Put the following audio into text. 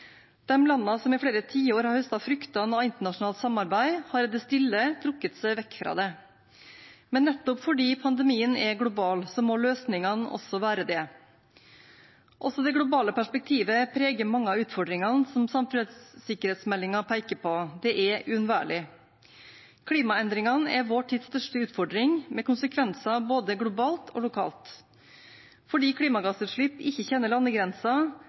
som i flere tiår har høstet fruktene av internasjonalt samarbeid, har i det stille trukket seg vekk fra det. Men nettopp fordi pandemien er global, må løsningene også være det. Også det globale perspektivet preger mange av utfordringene samfunnssikkerhetsmeldingen peker på. Det er uunnværlig. Klimaendringene er vår tids største utfordring, med konsekvenser både globalt og lokalt. Fordi klimagassutslipp ikke kjenner